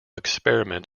experiment